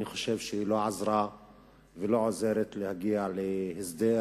אני חושב שהיא לא עזרה ולא עוזרת להגיע להסדר,